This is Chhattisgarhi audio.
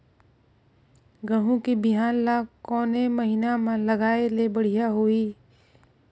गहूं के बिहान ल कोने महीना म लगाय ले बढ़िया होही?